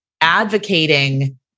advocating